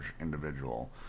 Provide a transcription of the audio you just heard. individual